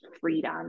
freedom